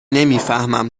نمیفهمم